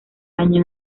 año